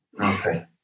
Okay